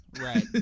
Right